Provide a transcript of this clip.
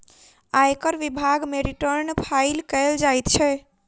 आयकर विभाग मे रिटर्न फाइल कयल जाइत छै